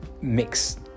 mix